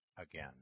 again